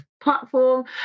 platform